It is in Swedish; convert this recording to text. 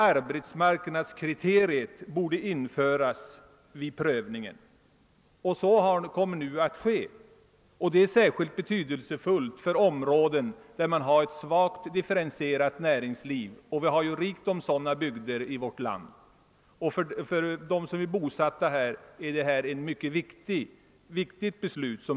Arbetsmarknadskriteriet borde införas vid prövningen och det kommer nu att ske. Detta är särskilt betydelsefullt för områden med svagt differentierat näringsliv. Det finns ju många sådana bygder i vårt land och för dem som är bosatta där är det ett viktigt beslut.